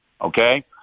okay